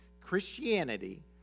Christianity